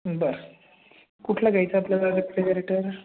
बरं कुठला घ्यायचा आहे आपल्याला रेफ्रिजरेटर